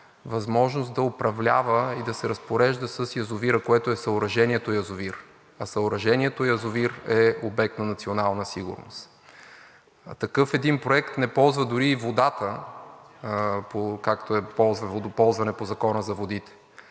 възможност да управлява и да се разпорежда с язовира, което е съоръжението „язовир“, а съоръжението „язовир“ е обект на национална сигурност. Такъв един проект не ползва дори и водата, както е водоползване по Закона за водите.